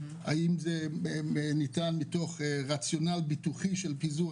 האם זה ניתן מתוך רציונל ביטוחי של פיזור